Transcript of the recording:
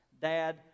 dad